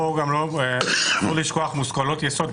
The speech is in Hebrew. אסור לשכוח מושכלות יסוד.